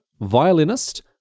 violinist